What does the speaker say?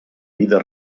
vida